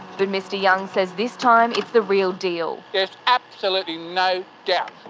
but mr young says this time it's the real deal. there's absolutely no yeah